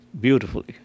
beautifully